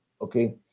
okay